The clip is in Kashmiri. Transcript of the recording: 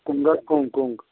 کۄنٛگ ہا کۄنٛگ کۄنٛگ